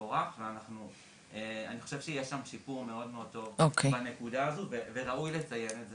אנחנו מקפידים פה גם הנהלת הוועדה וגם אני לקיים ישיבות